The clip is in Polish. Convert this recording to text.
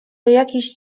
jakieś